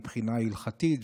מבחינה הלכתית.